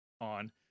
on